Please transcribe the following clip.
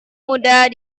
mudah